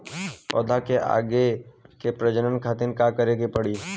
पौधा से आगे के प्रजनन खातिर का करे के पड़ी?